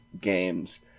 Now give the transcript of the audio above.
games